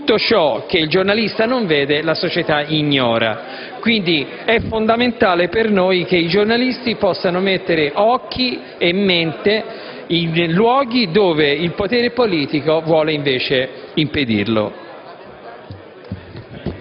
tutto ciò che il giornalista non vede la società ignora. È quindi fondamentale per noi che i giornalisti possano mettere occhi e mente in luoghi dove il potere politico vuole invece impedirlo.